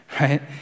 right